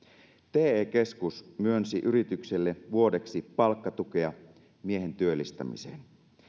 te keskus myönsi yritykselle vuodeksi palkkatukea miehen työllistämiseen